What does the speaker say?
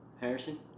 Harrison